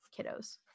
kiddos